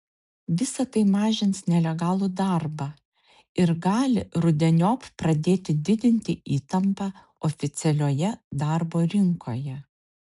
visa tai mažins nelegalų darbą ir gali rudeniop pradėti didinti įtampą oficialioje darbo rinkoje